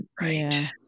Right